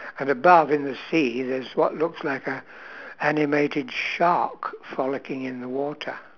and above in the sea there's what looks like a animated shark frolicking in the water